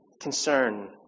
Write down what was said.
concern